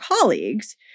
colleagues